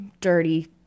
dirty